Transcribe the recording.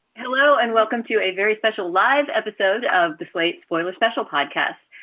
hello and welcome to a very special live episode of the slate spoiler special podcast.